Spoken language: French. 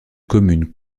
communes